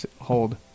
hold